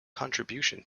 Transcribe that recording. contribution